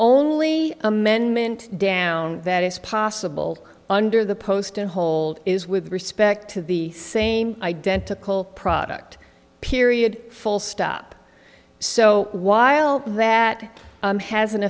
only amendment down that is possible under the posted hold is with respect to the same identical product period full stop so while that has an